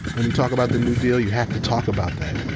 when we talk about the new deal. you have to talk about that.